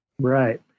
right